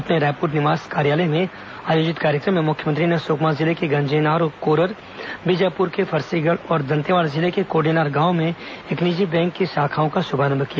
अपने रायपुर निवास कार्यालय में आयोजित कार्यक्रम में मुख्यमंत्री ने सुकमा जिले के गंजेनार और कोरर बीजापुर के फरसेगढ़ तथा दंतेवाड़ा जिले के कोडेनार गांव में एक निजी बैंक की शाखाओं का शुभारंभ किया